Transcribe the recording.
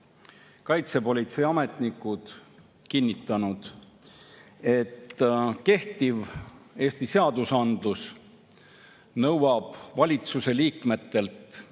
kaitsepolitsei ametnikud kinnitanud, et kehtiv Eesti seadusandlus annab võimaluse valitsuse liikmete